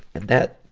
and that,